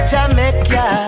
Jamaica